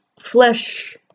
flesh